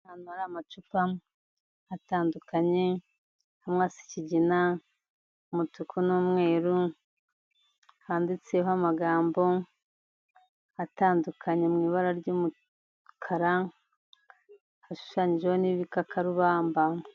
Ahantu hari amacupa atandukanye, amwe asa ikigina, umutuku n'umweru handitseho amagambo atandukanye mu ibara ry'umukara, hashushanyijeho n'ibikakarubamba.